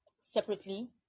separately